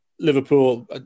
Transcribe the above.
Liverpool